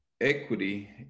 Equity